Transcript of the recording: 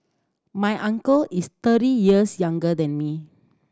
my uncle is thirty years younger than me